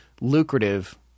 lucrative